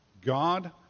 God